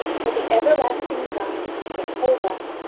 for the everlasting god, jehovah,